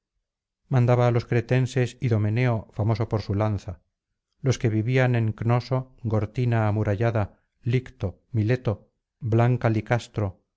mandaba á los cretenses idomeneo famoso por su lanza los que vivían en cnoso cortina amurallada licto mileto blanca